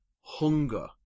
hunger